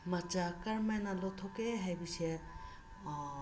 ꯃꯆꯥ ꯀꯔꯝ ꯍꯥꯏꯅ ꯂꯧꯊꯣꯛꯀꯦ ꯍꯥꯏꯕꯁꯦ